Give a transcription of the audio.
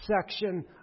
section